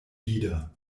wieder